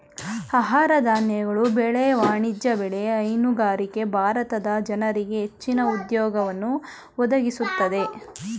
ಆಹಾರ ಧಾನ್ಯಗಳ ಬೆಳೆ, ವಾಣಿಜ್ಯ ಬೆಳೆ, ಹೈನುಗಾರಿಕೆ ಭಾರತದ ಜನರಿಗೆ ಹೆಚ್ಚಿನ ಉದ್ಯೋಗವನ್ನು ಒದಗಿಸುತ್ತಿದೆ